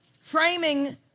framing